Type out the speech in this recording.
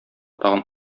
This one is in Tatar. тагын